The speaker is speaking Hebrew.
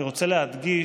אני רוצה להדגיש,